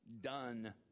done